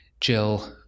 Jill